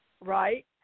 right